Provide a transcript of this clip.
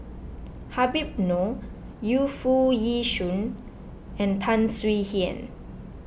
Habib Noh Yu Foo Yee Shoon and Tan Swie Hian